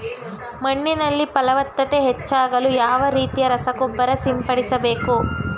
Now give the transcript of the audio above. ಮಣ್ಣಿನಲ್ಲಿ ಫಲವತ್ತತೆ ಹೆಚ್ಚಾಗಲು ಯಾವ ರೀತಿಯ ರಸಗೊಬ್ಬರ ಸಿಂಪಡಿಸಬೇಕು?